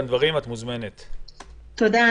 השאלה כרגע,